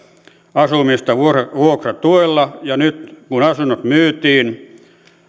asumista vuokratuella ja nyt kun asunnot myytiin